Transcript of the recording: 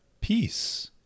peace